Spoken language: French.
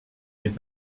n’est